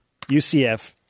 UCF